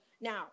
now